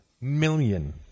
million